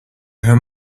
her